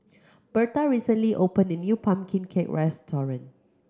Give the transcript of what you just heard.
Bertha recently opened a new pumpkin cake restaurant